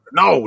no